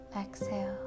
Exhale